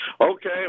Okay